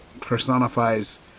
personifies